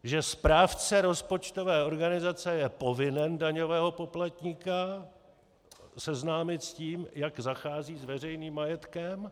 Že správce rozpočtové organizace je povinen daňového poplatníka seznámit s tím, jak zachází s veřejným majetkem.